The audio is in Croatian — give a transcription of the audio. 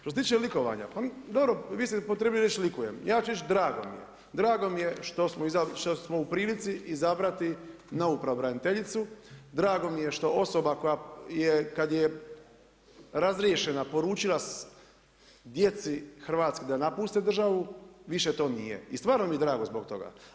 Što se tiče likovanja, pa dobro vi ste upotrijebili riječ likujem, ja ću reći drago mi je, drago mi je što smo u prilici izabrati novu pravobraniteljicu, drago mi je što osoba kada je razriješena poručila djeci Hrvatske da napuste državu više to nije i stvarno mi je drago zbog toga.